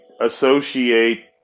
associate